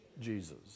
Jesus